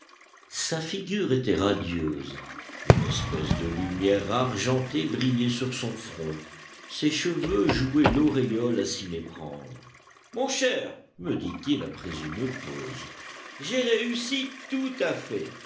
sa figure était radieuse une espèce de lumière argentée brillait sur son front ses cheveux jouaient l'auréole à s'y méprendre mon cher me dit-il après une pause j'ai réussi tout à fait